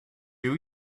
you